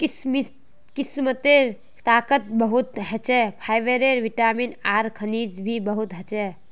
किशमिशत ताकत बहुत ह छे, फाइबर, विटामिन आर खनिज भी बहुत ह छे